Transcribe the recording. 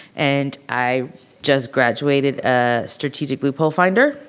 and i just graduated a strategic loophole finder.